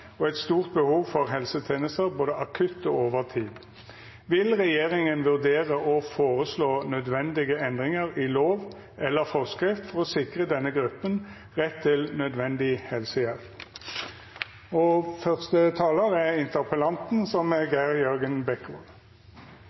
er et ønske om at Norge skal sikre papirløse ofre for menneskehandel rett til nødvendig helsehjelp. Spørsmålet mitt er altså: Vil regjeringen vurdere å foreslå nødvendige endringer i lov eller forskrift for å sikre denne gruppen rett til nødvendig helsehjelp? Gruppen jeg løfter i dag, er utenlandske statsborgere som